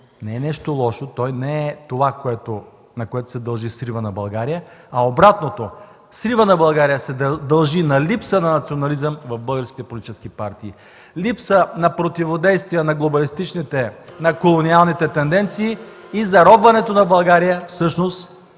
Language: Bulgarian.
не е нещо лошо. Той не е това, на което се дължи срива на България. Обратното, сривът на България се дължи на липсата на национализъм в българските политически партии, липса на противодействие на глобалистичните, на колониалните тенденции и заробването на България всъщност